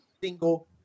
single